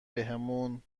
بهمون